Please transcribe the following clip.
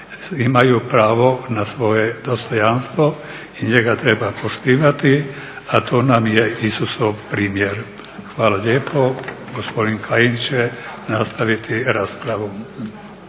imaju pravo na svoje dostojanstvo i njega treba poštivati, a to nam je Isusov primjer. Hvala lijepo. Gospodin Kajin će nastaviti raspravu.